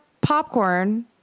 popcorn